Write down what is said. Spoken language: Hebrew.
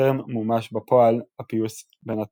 טרם מומש בפועל הפיוס בין התנועות.